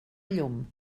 llum